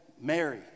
Mary